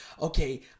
okay